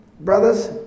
Brothers